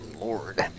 lord